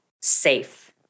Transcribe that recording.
safe